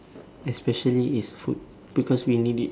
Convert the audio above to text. especially is food because we need it